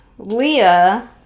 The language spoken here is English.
Leah